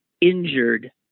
injured